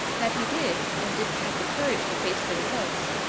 that he did, and didn't have the courage to face the results,